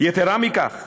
יתרה מכך,